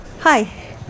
Hi